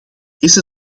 deze